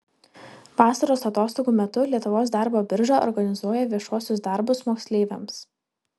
vasaros atostogų metu lietuvos darbo birža organizuoja viešuosius darbus moksleiviams